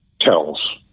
tells